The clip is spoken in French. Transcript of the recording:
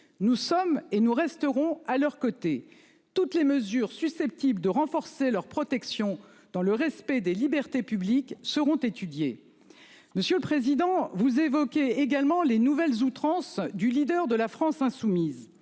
Nous sommes et nous resterons à leurs côtés. Toutes les mesures susceptibles de renforcer leur protection dans le respect des libertés publiques seront étudiés. Monsieur le Président, vous évoquez également les nouvelles outrances du leader de la France insoumise.